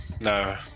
no